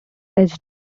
edged